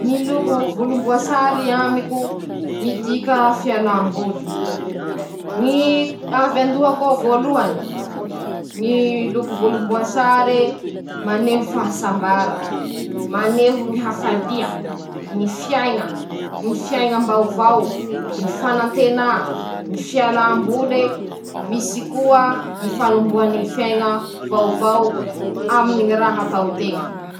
Aminy ñy dité noho ñy kafé, ñy dité ñahy ñy teako, ñ'antony :-ñy dité mampaiva, ñy dité tsy maha sijy ro tsy mamparary loha, fa ho an-teña olo tsotra noho mpianatsy io, ñy dité tsy raha maha-domely, fa añisany ñy fanafody ho any ñy vatan-teña.